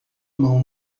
mão